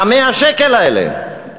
100 השקל האלה,